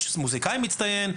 יש מוסיקאים מצטיינים,